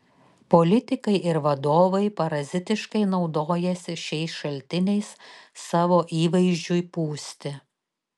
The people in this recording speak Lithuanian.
politikai ir vadovai parazitiškai naudojasi šiais šaltiniais savo įvaizdžiui pūsti